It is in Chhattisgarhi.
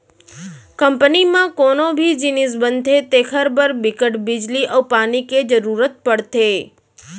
कंपनी म कोनो भी जिनिस बनथे तेखर बर बिकट बिजली अउ पानी के जरूरत परथे